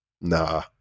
nah